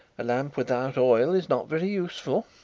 a lamp without oil is not very useful,